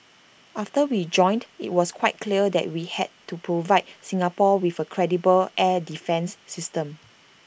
after we joined IT was quite clear that we had to provide Singapore with A credible air defence system